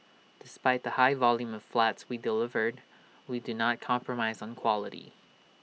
despite the high volume of flats we delivered we do not compromise on quality